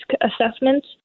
assessment